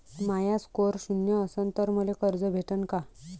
माया score शून्य असन तर मले कर्ज भेटन का?